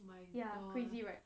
ya crazy right